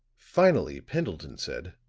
finally pendleton said